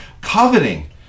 Coveting